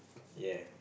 ya